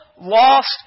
lost